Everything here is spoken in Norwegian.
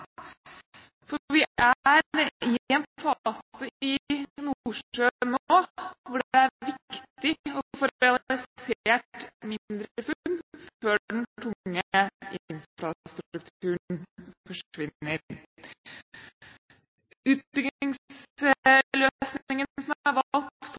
i Nordsjøen nå hvor det er viktig å få realisert mindre funn før den tunge infrastrukturen